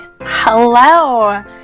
Hello